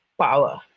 power